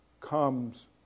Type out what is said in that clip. comes